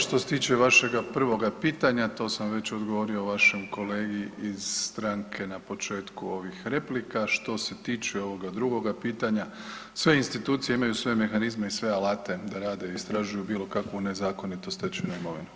Što se tiče vašega prvoga pitanja to sam već odgovorio vašem kolegi iz stranke na početku ovih replika, što se tiče ovoga drugoga pitanja sve institucije imaju sve mehanizme i sve alate da rade i istražuju bilo kakvu nezakonito stečenu imovinu.